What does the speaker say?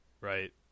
right